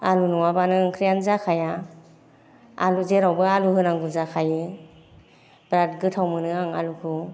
आलु नङाबानो ओंख्रियानो जाखाया आलु जेरावबो आलु होनांगौ जाखायो बिराट गोथाव मोनो आं आलुखौ